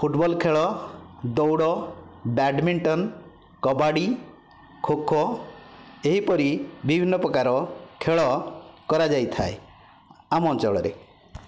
football ଖେଳ ଦୌଡ଼ badminton kabaddi kho kho ଏହିପରି ବିଭିନ୍ନ ପ୍ରକାରର ଖେଳ କରାଯାଇଥାଏ ଆମ ଅଞ୍ଚଳରେ